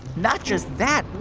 not just that.